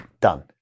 Done